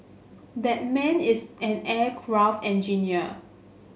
that man is an aircraft engineer